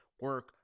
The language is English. Work